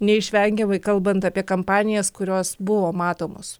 neišvengiamai kalbant apie kampanijas kurios buvo matomos